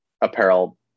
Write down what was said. apparel